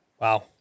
Wow